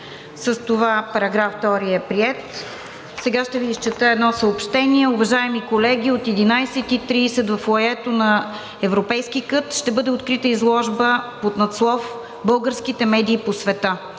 С това § 2 е приет. Ще Ви прочета едно съобщение. Уважаеми колеги, от 11,30 ч. във фоайето на Европейския кът ще бъде открита изложба под надслов „Българските медии по света“.